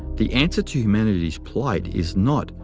the answer to humanity's plight is not,